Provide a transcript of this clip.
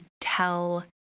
tell